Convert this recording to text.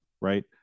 right